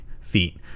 feet